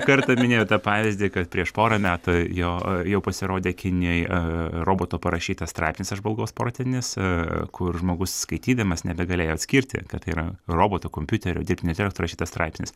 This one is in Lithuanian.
kartą minėjote pavyzdį kad prieš porą metų jo jau pasirodė kinijoj roboto parašytas straipsnis apžvalgos sportinėse kur žmogus skaitydamas nebegalėjo atskirti kad tai yra roboto kompiuterio dirbtinio intelekto rašytas straipsnis